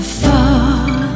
fall